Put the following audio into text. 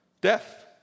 Death